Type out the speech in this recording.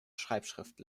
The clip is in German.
schreibschrift